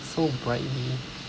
so brightly